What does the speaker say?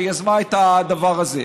שיזמה את הדבר הזה.